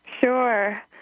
Sure